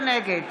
נגד